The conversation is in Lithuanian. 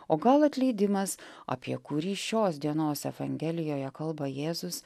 o gal atleidimas apie kurį šios dienos evangelijoje kalba jėzus